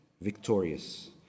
victorious